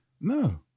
No